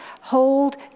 hold